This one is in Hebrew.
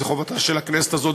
זה חובתה של הכנסת הזאת,